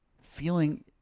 feeling